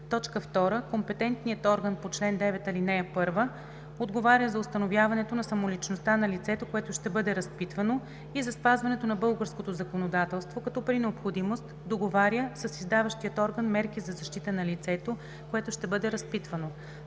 2. компетентният орган по чл. 9, ал. 1 отговаря за установяването на самоличността на лицето, което ще бъде разпитвано, и за спазването на българското законодателство, като при необходимост договаря с издаващия орган мерки за защита на лицето, което ще бъде разпитвано;